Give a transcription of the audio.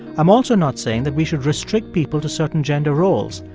i'm also not saying that we should restrict people to certain gender roles.